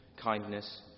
kindness